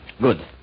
Good